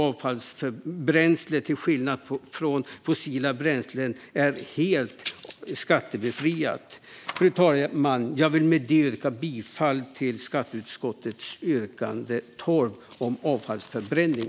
Avfallsbränslet är till skillnad från fossila bränslen helt skattebefriat. Fru talman! Jag vill med detta yrka bifall till förslaget i skatteutskottets betänkande nr 12 om avfallsförbränning.